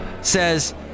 says